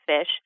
fish